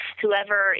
whoever